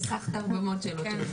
חסכת הרבה מאוד שאלות.